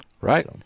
right